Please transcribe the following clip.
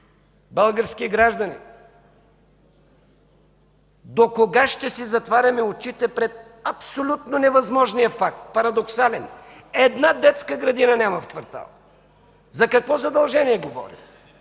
български граждани. Докога ще си затваряме очите пред абсолютно невъзможния, парадоксален факт – една детска градина няма в квартала? За какво задължение говорим